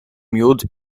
miód